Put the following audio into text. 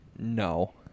no